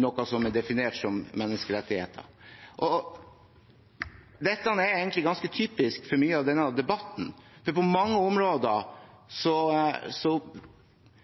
noe som er definert som menneskerettigheter? Dette er egentlig ganske typisk for mye av denne debatten. På mange områder